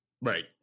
Right